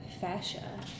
fascia